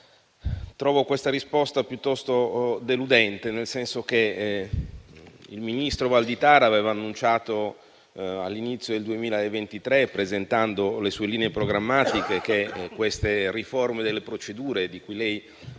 trovo questa risposta piuttosto deludente. Il ministro Valditara aveva annunciato all'inizio del 2023, presentando le sue linee programmatiche, che le riforme delle procedure, di cui lei